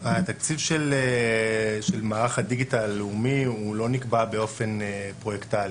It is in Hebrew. התקציב של מערך הדיגיטל הלאומי לא נקבע באופן פרויקטאלי,